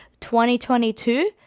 2022